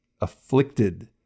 afflicted